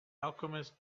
alchemist